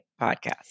podcast